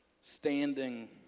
standing